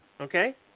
Okay